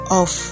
off